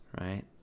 right